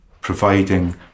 providing